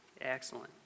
Excellent